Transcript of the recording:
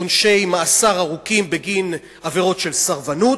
אנשים שנידונים לעונשי מאסר ארוכים בגין עבירות של סרבנות,